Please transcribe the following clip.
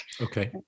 Okay